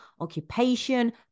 occupation